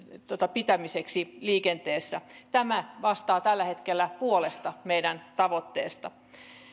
pitämiseksi liikenteessä tämä vastaa tällä hetkellä puolesta meidän tavoitteestamme